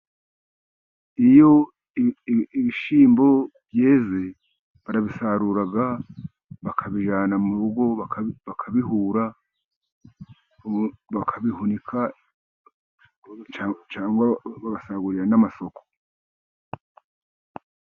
Iyo ibishyimbo byeze barabisarura, bakabijyana mu rugo, bakabihura, bakabihunika, cyangwa bagasagurira n'amasoko.